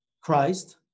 Christ